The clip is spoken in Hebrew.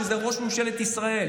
שזה ראש ממשלת ישראל,